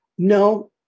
no